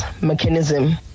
mechanism